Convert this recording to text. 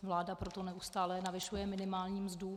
Vláda proto neustále navyšuje minimální mzdu.